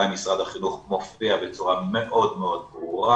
עם משרד החינוך מופיע בצורה מאוד מאוד ברורה.